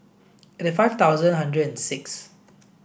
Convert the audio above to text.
eighty five thousand hundred and six